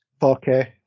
4K